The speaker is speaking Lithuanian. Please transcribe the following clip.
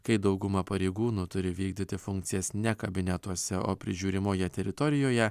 kai dauguma pareigūnų turi vykdyti funkcijas ne kabinetuose o prižiūrimoje teritorijoje